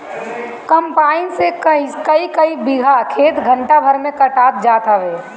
combine से कईकई बीघा खेत घंटा भर में कटात जात हवे